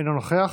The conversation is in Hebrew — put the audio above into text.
אינו נוכח.